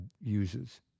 uses